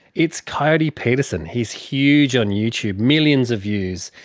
it's coyote peterson. he's huge on youtube, millions of years,